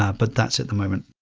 ah but that's at the moment.